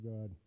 God